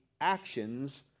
actions